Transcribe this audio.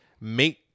make